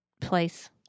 place